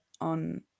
on